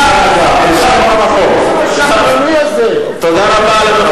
אדוני היושב-ראש, תודה רבה.